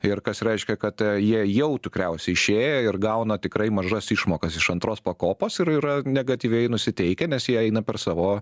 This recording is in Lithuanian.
ir kas reiškia kad jie jau tikriausiai išėjo ir gauna tikrai mažas išmokas iš antros pakopos ir yra negatyviai nusiteikę nes jie eina per savo